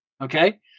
okay